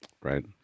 Right